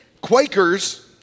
Quakers